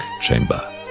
chamber